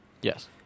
Yes